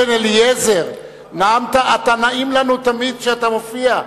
אתה נעים לנו תמיד כשאתה מופיע.